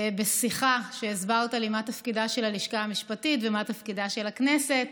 בשיחה שהסברת לי מה תפקידה של הלשכה המשפטית ומה תפקידה של הכנסת.